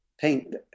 paint